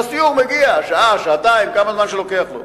והסיור מגיע, שעה, שעתיים, כמה זמן שלוקח לו.